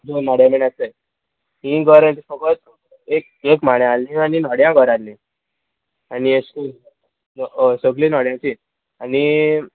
दोन माड्या बी आसताय ही घरां फोकोत सगळो एक एक माड्या आहली आनी नोड्यां घरां आहली आनी एश कोन्न सगळीं नोड्यांची आनी